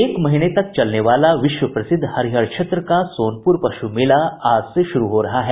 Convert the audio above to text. एक महीने तक चलने वाला विश्व प्रसिद्ध हरिहर क्षेत्र का सोनपुर पशु मेला आज से शुरू हो रहा है